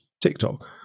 TikTok